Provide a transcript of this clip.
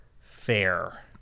fair